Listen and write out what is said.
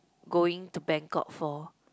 going to Bangkok for